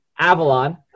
Avalon